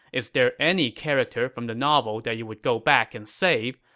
is there any character from the novel that you would go back and save,